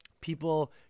People